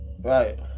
Right